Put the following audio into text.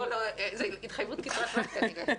זו התחייבות קצרת טווח כרגע.